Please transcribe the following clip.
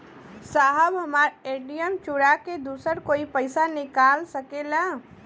साहब हमार ए.टी.एम चूरा के दूसर कोई पैसा निकाल सकेला?